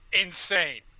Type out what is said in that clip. Insane